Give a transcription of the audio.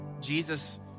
Jesus